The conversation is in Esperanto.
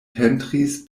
pentris